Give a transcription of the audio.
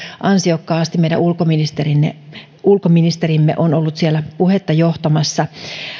ansiokkaasti meidän ulkoministerimme on ollut siellä puhetta johtamassa